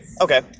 Okay